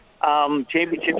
championships